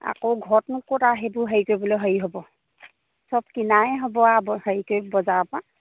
আকৌ ঘৰতনো ক'ত আৰু সেইবোৰ হেৰি কৰিবলৈ হেৰি হ'ব সব কিনাই হ'ব আৰু হেৰি কৰি বজাৰৰ পৰা